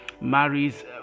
marries